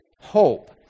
Hope